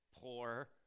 poor